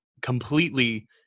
completely